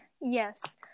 yes